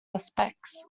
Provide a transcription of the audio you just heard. aspects